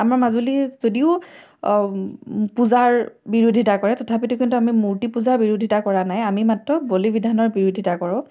আমাৰ মাজুলীত যদিও পূজাৰ বিৰোধিতা কৰে তথাপিতো কিন্তু আমি মূৰ্তি পূজাৰ বিৰোধিতা কৰা নাই আমি মাত্ৰ বলি বিধানৰ বিৰোধিতা কৰোঁ